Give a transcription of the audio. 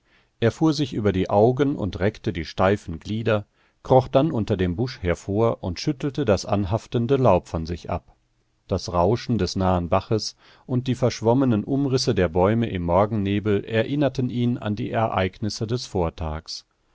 er fuhr sich über die augen und reckte die steifen glieder kroch dann unter dem busch hervor und schüttelte das anhaftende laub von sich ab das rauschen des nahen baches und die verschwommenen umrisse der bäume im morgennebel erinnerten ihn an die ereignisse des vortags